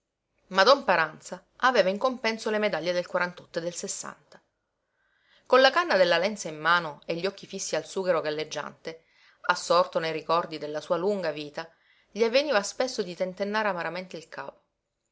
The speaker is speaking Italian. don paranza aveva in compenso le medaglie del quarantotto e del sessanta con la canna della lenza in mano e gli occhi fissi al sughero galleggiante assorto nei ricordi della sua lunga vita gli avveniva spesso di tentennare amaramente il capo